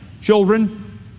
children